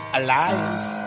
Alliance